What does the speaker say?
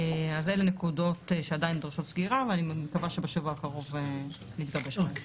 גם אלה נקודות שעדיין דורשות סגירה ואני מקווה שבשבוע הקרוב נתגבש בהן.